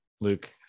luke